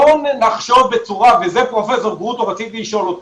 בואו נחשוב בצורה וזה פרופ' גרוטו רציתי לשאול אותו.